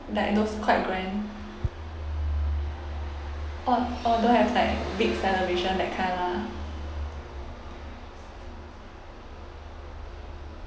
like those quite grand orh orh don't have like big celebration that kind lah